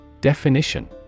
Definition